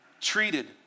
treated